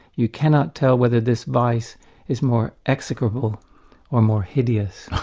you cannot tell whether this vice is more execrable or more hideous.